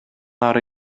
ары